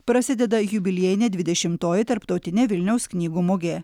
prasideda jubiliejinė dvidešimtoji tarptautinė vilniaus knygų mugė